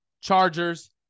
Chargers